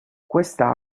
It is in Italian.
questa